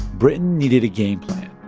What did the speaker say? britain needed a game plan.